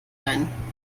ein